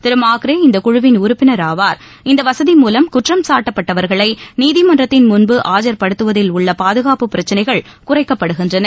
திரு Macrae இந்த குழுவின் உறுப்பினர் ஆவார் இந்த வசதி மூலம் குற்றம்சாட்டப்பட்டவர்களை நீதிமன்றத்தின் முன்பு ஆஜர் படுத்துவதில் உள்ள பாதுகாப்பு பிரச்னைகள் குறைக்கப்படுகின்றன